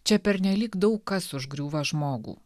čia pernelyg daug kas užgriūva žmogų